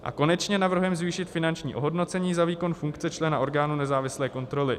A konečně navrhujeme zvýšit finanční ohodnocení za výkon funkce člena orgánu nezávislé kontroly.